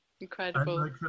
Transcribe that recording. Incredible